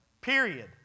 Period